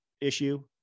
issue